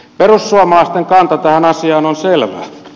perussuomalaisten kanta tähän asiaan on selvä